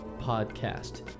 podcast